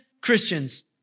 Christians